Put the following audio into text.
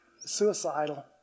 suicidal